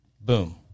Boom